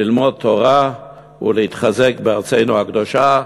ללמוד תורה ולהתחזק בארצנו הקדושה,